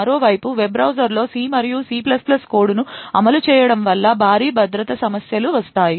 మరోవైపు వెబ్ బ్రౌజర్లో సి మరియు సి కోడ్ను అమలు చేయడం వల్ల భారీ భద్రతా సమస్యలు వస్తాయి